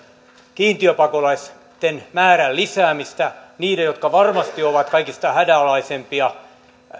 kiintiöpakolaisten määrän lisäämistä niille jotka varmasti ovat kaikista hädänalaisimpia